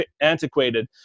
antiquated